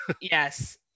Yes